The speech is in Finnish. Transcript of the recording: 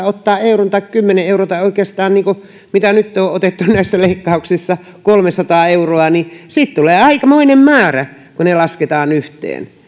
ottaa euron tai kymmenen euroa tai oikeastaan mitä nytten on otettu näissä leikkauksissa kolmesataa euroa niin siitä tulee aikamoinen määrä kun ne lasketaan yhteen